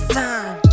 time